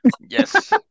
yes